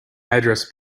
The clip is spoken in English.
address